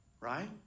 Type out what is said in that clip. Right